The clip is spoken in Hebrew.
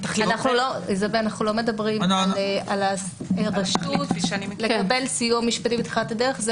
אנחנו לא מדברים על הרשות לקבל סיוע משפטי בתחילת הדרך.